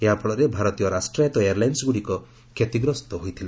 ଏହାଫଳରେ ଭାରତୀୟ ରାଷ୍ଟ୍ରାୟତ୍ତ ଏୟାରଲାଇନ୍ସଗୁଡ଼ିକ କ୍ଷତିଗ୍ରସ୍ତ ହୋଇଥିଲେ